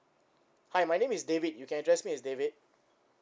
hi my name is david you can address me as david